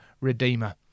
Redeemer